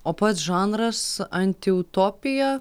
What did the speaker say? o pats žanras antiutopija